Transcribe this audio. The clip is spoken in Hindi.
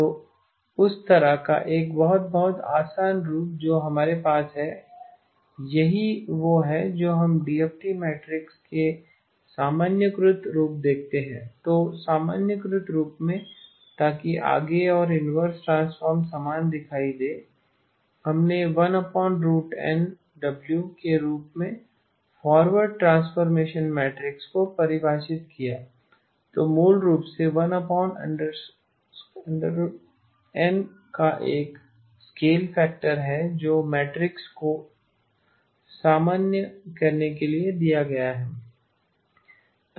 तो उस तरह का एक बहुत बहुत आसान रूप जो हमारे पास है यही वह है जो हम डीएफटी मैट्रिक्स के सामान्यीकृत रूप देखते हैं तो सामान्यीकृत रूप में ताकि आगे और इनवर्स ट्रांसफॉर्म समान दिखाई दे हमने 1NW के रूप में फॉरवर्ड ट्रांसफॉर्मेशन मैट्रिक्स को परिभाषित किया तो मूल रूप से 1N का एक स्केल फैक्टर है जो मैट्रिक्स को सामान्य करने के लिए दिया गया है